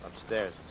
Upstairs